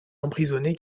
emprisonné